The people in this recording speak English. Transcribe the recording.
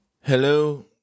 Hello